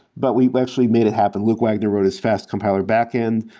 but we actually made it happen. luke wagner wrote his fast compiler back-end.